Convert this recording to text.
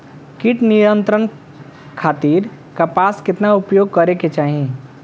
कीट नियंत्रण खातिर कपास केतना उपयोग करे के चाहीं?